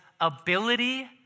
ability